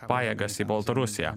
pajėgas į baltarusiją